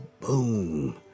boom